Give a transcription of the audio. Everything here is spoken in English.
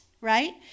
right